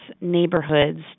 neighborhoods